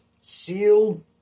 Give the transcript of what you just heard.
sealed